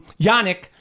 Yannick